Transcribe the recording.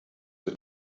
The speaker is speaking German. wird